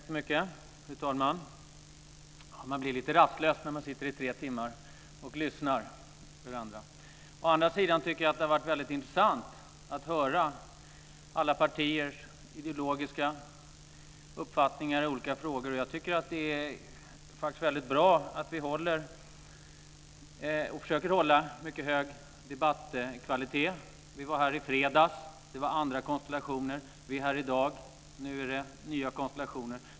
Fru talman! Man blir lite rastlös när man sitter i tre timmar och lyssnar på andra. Å andra sidan tycker jag att det har varit väldigt intressant att höra alla partiers ideologiska uppfattningar i olika frågor. Jag tycker att det faktiskt är väldigt bra att vi försöker hålla en mycket hög debattkvalitet. Vi var här i fredags. Det var andra konstellationer. Vi är här i dag. Nu är det nya konstellationer.